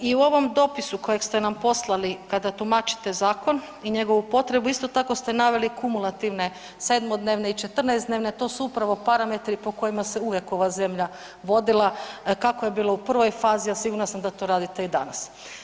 I u ovom dopisu kojeg ste nam poslali kada tumačite zakon i njegovu potrebu, isto tako ste naveli kumulativne 7-dnevne i 14-dnevno, a to su upravo parametri po kojima se uvijek ova zemlja vodila, kako je bilo u prvoj fazi, a sigurna sam da to radite i danas.